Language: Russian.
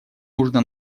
нужно